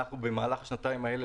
במהלך השנתיים האלה,